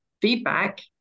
feedback